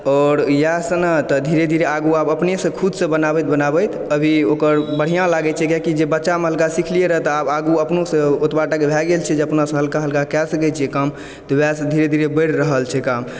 आओर इएहसँ नऽ तऽ धीरे धीरे आगू आब अपनेसँ खुदसँ बनाबैत बनाबैत अभी ओकर बढ़िआँ लागै छै किआकि जे बच्चामे हल्का सिखलरियै तऽ ओ आगू अपनोसँ ओतबाटा कऽ भै गेल छियै जे अपनासँ हल्का हल्का कय सकै छियै काम तऽ वएहसँ धीरे धीरे बढ़ि रहल छै काम